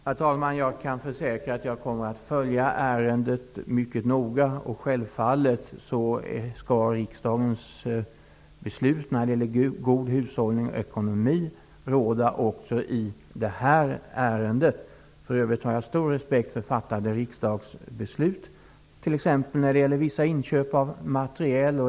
Herr talman! Jag kan försäkra att jag kommer att följa ärendet mycket noga. Självfallet skall riksdagens beslut om god hushållning och ekonomi råda också i detta ärende. För övrigt har jag stor respekt för fattade riksdagsbeslut, t.ex. när det gäller vissa inköp av materiel.